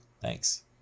Thanks